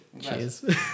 Cheers